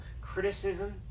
criticism